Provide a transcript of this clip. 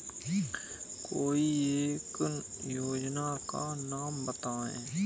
कोई एक योजना का नाम बताएँ?